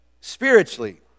spiritually